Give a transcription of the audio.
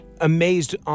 amazed